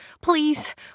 please